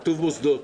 כתוב: מוסדות.